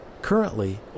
Currently